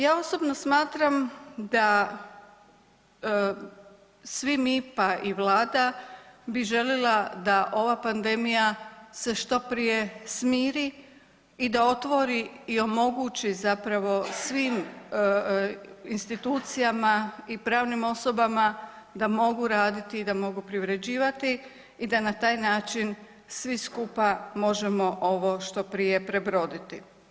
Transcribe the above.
Ja osobno smatram da svi mi pa i Vlada bi željela da ova pandemija se što prije smiri i da otvori i omogući zapravo svim institucijama i pravnim osobama da mogu raditi i da mogu privređivati i da na taj način svi skupa ovo što prije prebroditi.